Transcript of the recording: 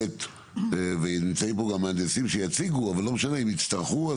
ונמצאים פה מהנדסים שיציגו אם יצטרכו,